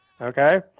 Okay